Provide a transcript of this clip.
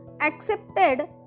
accepted